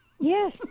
Yes